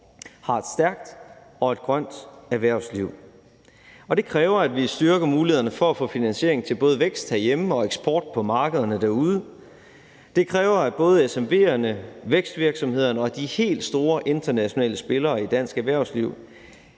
har et stærkt og et grønt erhvervsliv. Det kræver, at vi styrker mulighederne for at få finansiering til både vækst herhjemme og eksport på markederne derude. Det kræver, at både SMV'erne, vækstvirksomhederne og de helt store internationale spillere i dansk erhvervsliv